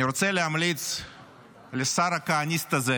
אני רוצה להמליץ לשר הכהניסט הזה